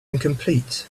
incomplete